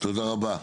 תודה רבה.